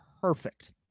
perfect